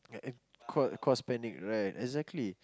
yeah and cause cause panic right exactly